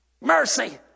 mercy